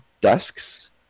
desks